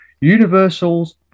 Universal's